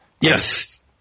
Yes